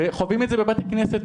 וחווים את זה בבתי כנסת,